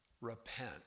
repent